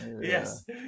Yes